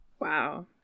Wow